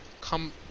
come